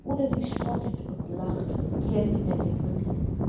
oder sie spottet und lacht und kehrt ihnen den rücken